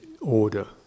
order